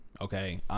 Okay